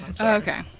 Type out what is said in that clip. Okay